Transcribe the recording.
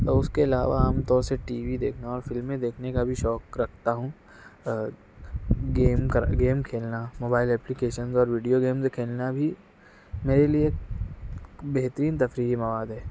اس کے علاوہ عام طور سے ٹی وی دیکھنا اور فلمیں دیکھنے کا بھی شوق رکھتا ہوں گیم کرا گیم کھیلنا موبائل اپلیکیشنز اور ویڈیو گیمز کھیلنا بھی میرے لیے بہترین تفریحی مواد ہے